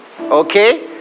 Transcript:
okay